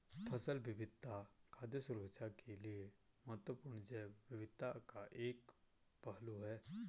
फसल विविधता खाद्य सुरक्षा के लिए महत्वपूर्ण जैव विविधता का एक पहलू है